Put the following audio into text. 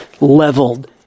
leveled